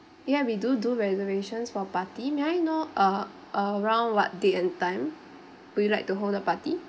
ya we do do reservations for party may I know uh around what date and time will you like to hold the party